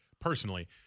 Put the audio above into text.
personally